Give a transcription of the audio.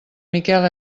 miquel